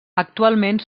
actualment